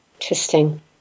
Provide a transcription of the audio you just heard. Interesting